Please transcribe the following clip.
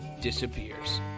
disappears